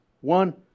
One